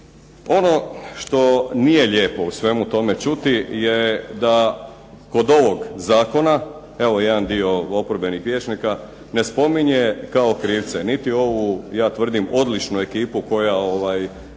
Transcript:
Ono što nije lijepo u svemu tome čuti je da kod ovog zakona, evo jedan dio oporbenih vijećnika ne spominje kao krivce niti ovu, ja tvrdim odličnu ekipu koja te